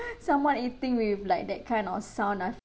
someone eating with like that kind of sound ah